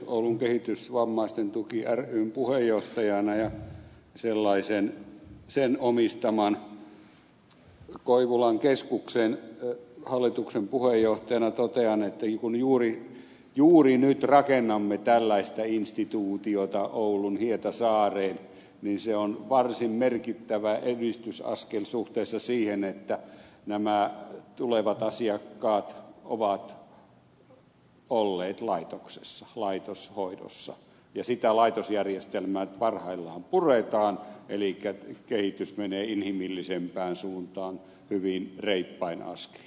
oulun kehitysvammaisten tuki ryn puheenjohtajana ja sen omistaman koivulan keskuksen hallituksen puheenjohtajana totean että kun juuri nyt rakennamme tällaista instituutiota oulun hietasaareen niin se on varsin merkittävä edistysaskel suhteessa siihen että nämä tulevat asiakkaat ovat olleet laitoksessa laitoshoidossa ja sitä laitosjärjestelmää nyt parhaillaan puretaan eli kehitys menee inhimillisempään suuntaan hyvin reippain askelin